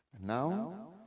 Now